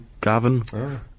Gavin